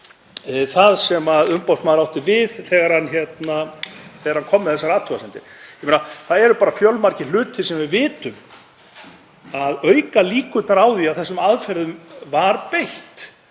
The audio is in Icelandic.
það sem umboðsmaður átti við þegar hann kom með þessar athugasemdir. Það eru fjölmargir hlutir sem við vitum að auka líkurnar á því að þessum aðferðum sé beitt.